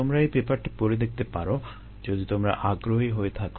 তোমরা এই পেপারটি পড়ে দেখতে পারো যদি তোমরা আগ্রহী হয়ে থাকো